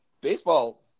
Baseball